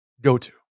Go-to